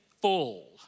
full